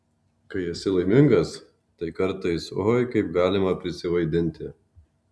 kai esi laimingas tai kartais oi kaip galima prisivaidinti